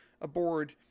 aboard